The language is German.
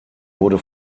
wurde